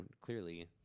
clearly